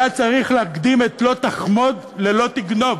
היה צריך להקדים את "לא תחמוד" ל"לא תגנוב",